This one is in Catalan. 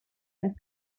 més